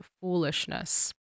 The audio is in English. foolishness